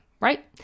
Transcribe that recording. right